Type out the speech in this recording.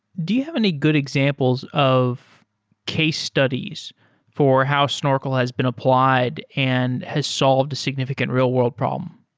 do you have any good examples of case studies for how snorkel has been applied and has solved a significant real-world problem?